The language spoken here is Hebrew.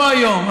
לא היום,